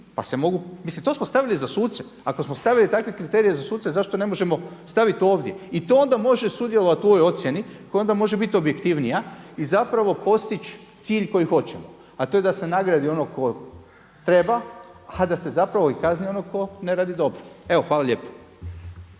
pa se mogu, mislim to smo stavili za suce. Ako smo stavili takve kriterije za suce zašto ne možemo staviti ovdje? I to onda može sudjelovati u ovoj ocjeni koja onda može biti objektivnija i zapravo postići cilj koji hoćemo a to je da se nagradi onog kog treba a da se zapravo i kazni onog tko ne radi dobro. Evo, hvala lijepo.